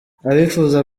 abifuza